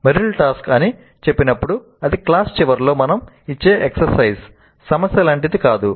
Merrill 'task' అని చెప్పినప్పుడు అది క్లాస్ చివరిలో మనం ఇచ్చే ఎక్సర్సైజ్ సమస్య లాంటిది కాదు